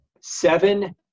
seven